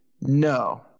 No